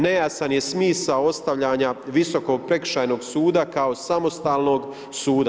Nejasan je smisao ostavljanja Visokog prekršajnog suda kao samostalnog suda.